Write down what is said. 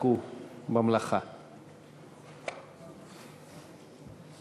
חובת המכרזים (תיקון מס'